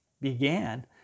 began